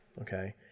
Okay